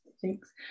thanks